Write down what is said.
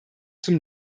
zum